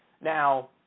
Now